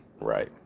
Right